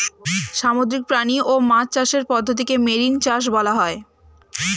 সামুদ্রিক প্রাণী ও মাছ চাষের পদ্ধতিকে মেরিন চাষ বলা হয়